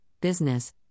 business